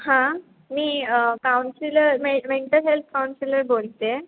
हां मी काउन्सिलर मे मेंटल हेल्थ काउंसिलर बोलत आहे